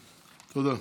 תודה.